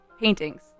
paintings